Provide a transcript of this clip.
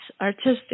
artistic